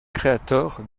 créateurs